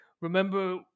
remember